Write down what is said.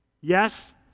Yes